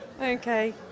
Okay